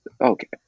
Okay